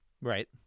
right